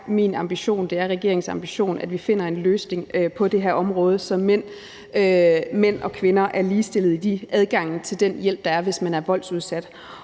er min og regeringens ambition, at vi finder en løsning på det her område, så mænd og kvinder er ligestillet i de adgange til den hjælp, der er, hvis man er voldsudsat.